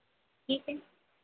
ठीक है